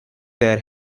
their